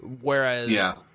Whereas